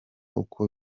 uko